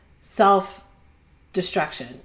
self-destruction